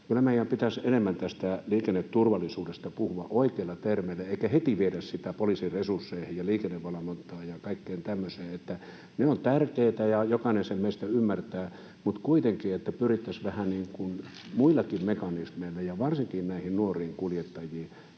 meidän pitäisi enemmän tästä liikenneturvallisuudesta puhua oikeilla termeillä eikä heti viedä sitä poliisin resursseihin ja liikennevalvontaan ja kaikkeen tämmöiseen. Ne ovat tärkeitä, ja jokainen sen meistä ymmärtää, mutta kuitenkin pyrittäisiin vähän muillakin mekanismeilla ja varsinkin näihin nuoriin kuljettajiin